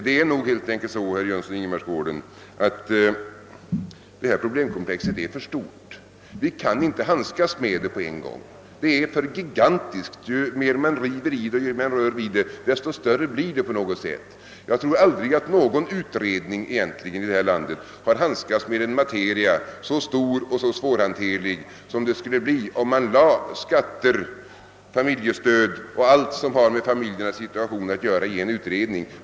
Det är nog helt enkelt så, herr Jönsson i Ingemarsgården, att detta problemkomplex är för stort för att vi skall kunna handlägga det i ett sammanhang. Det är för gigantiskt. Ju mer man river i det, desto större förefaller det. Jag tror inte att någon utredning i detta land någonsin handskats med en materia så stor och så svårhanterlig som den man skulle åstadkomma om man hänsköt skatter, familjestöd och allt som har med familjernas situation att göra till en utredning.